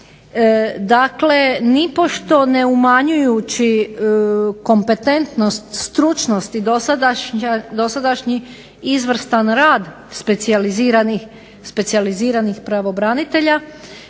Dakle, nipošto ne umanjujući kompetentnost i stručnost i dosadašnji izvrstan rad specijaliziranih pravobranitelja,